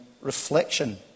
reflection